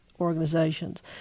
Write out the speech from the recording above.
organizations